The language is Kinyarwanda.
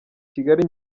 kigali